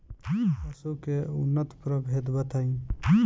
पशु के उन्नत प्रभेद बताई?